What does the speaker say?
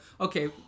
Okay